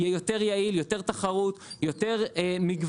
יהיה יותר יעיל, יותר תחרות, יותר מגוון.